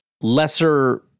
lesser